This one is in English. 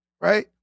right